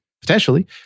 potentially